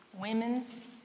women's